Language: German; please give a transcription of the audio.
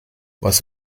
was